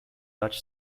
dutch